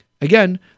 Again